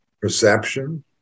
perception